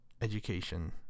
education